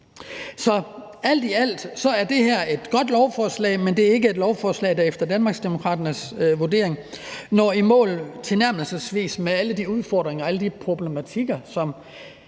alt i alt er det her et godt lovforslag, men det er ikke et lovforslag, der efter Danmarksdemokraternes vurdering tilnærmelsesvis når i mål med alle de udfordringer og alle de problematikker,